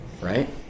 right